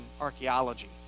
archaeology